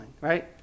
right